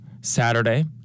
Saturday